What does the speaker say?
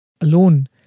alone